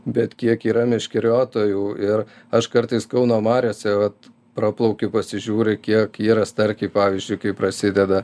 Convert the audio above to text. bet kiek yra meškeriotojų ir aš kartais kauno mariose vat praplauki pasižiūri kiek yra starkiai pavyzdžiui kai prasideda